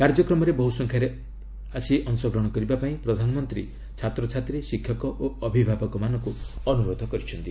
କାର୍ଯ୍ୟକ୍ରମରେ ବହୁସଂଖ୍ୟାରେ ଅଶଗ୍ରହଣ କରିବା ପାଇଁ ପ୍ରଧାନମନ୍ତ୍ରୀ ଛାତ୍ରଛାତ୍ରୀ ଶିକ୍ଷକ ଓ ଅଭିଭାବକ ମାନଙ୍କୁ ଅନୁରୋଧ କରିଛନ୍ତି